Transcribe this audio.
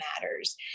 matters